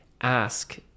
ask